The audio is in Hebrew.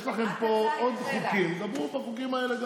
יש לכם פה עוד חוקים, דברו גם בחוקים האלה,